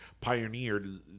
pioneered